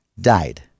died